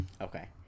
Okay